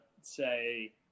say